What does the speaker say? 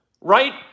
Right